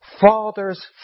Fathers